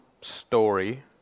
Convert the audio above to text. story